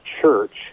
Church